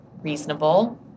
Reasonable